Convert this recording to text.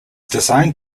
designed